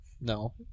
No